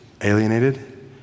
alienated